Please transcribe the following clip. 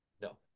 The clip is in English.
No